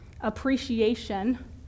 appreciation